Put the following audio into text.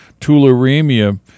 tularemia